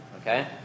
okay